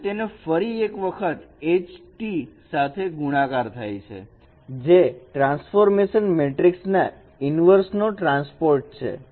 અને તેને ફરી એક વખત H T સાથે ગુણાકાર થાય જે ટ્રાન્સફોર્મેશન મેટ્રિક્સ ના ઇનવેર્સ નો ટ્રાન્સપોર્ટ છે